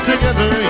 Together